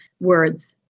words